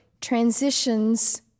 Transitions